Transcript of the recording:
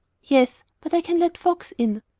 yes but i can let folks in.